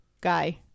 guy